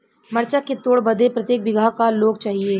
मरचा के तोड़ बदे प्रत्येक बिगहा क लोग चाहिए?